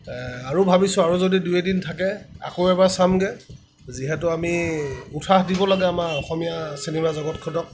আৰু ভাবিছোঁ আৰু যদি দুই এদিন থাকে আকৌ এবাৰ চামগৈ যিহেতু আমি উৎসাহ দিব লাগে আমাৰ অসমীয়া চিনেমা জগতখনক